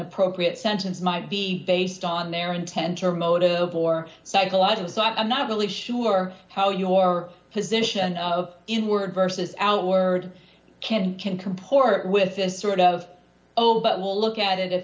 appropriate sentence might be based on their intention or motive or psychological so i'm not really sure how your position of inward versus outward can can to part with this sort of oh but look at it if